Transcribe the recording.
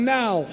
now